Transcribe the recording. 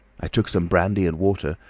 i took some brandy and water,